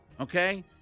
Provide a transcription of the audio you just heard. okay